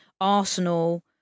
Arsenal